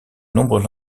nombreux